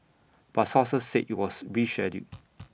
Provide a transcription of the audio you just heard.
but sources said IT was rescheduled